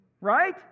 Right